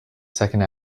second